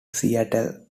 seattle